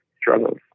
struggles